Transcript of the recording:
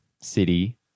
City